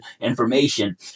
information